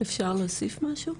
אפשר להוסיף משהו?